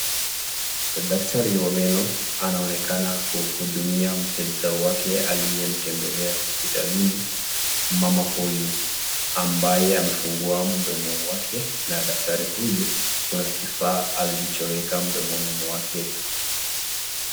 Daktari wa meno anaonekana kuhudumia mteja wake aliyemtembelea hospitalini mama huyu ambaye amefungua mdomo wake na daktari huyu ako na kifaa alichoweka mdomoni mwake.